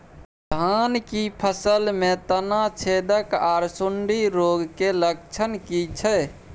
धान की फसल में तना छेदक आर सुंडी रोग के लक्षण की छै?